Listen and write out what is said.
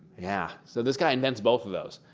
yeah. so this guy invents both of those.